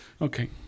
Okay